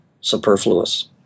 superfluous